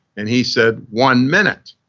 and he said, one minute.